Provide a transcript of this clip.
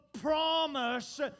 promise